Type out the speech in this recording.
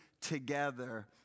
together